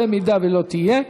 אם לא תהיה,